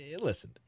listen